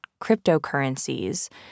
cryptocurrencies